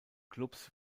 clubs